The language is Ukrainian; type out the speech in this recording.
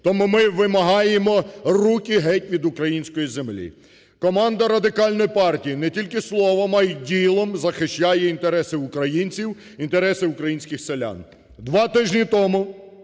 Тому ми вимагаємо: руки геть від української землі! Команда Радикальної партії не тільки словом, а й ділом захищає інтереси українців, інтереси українських селян. Два тижні тому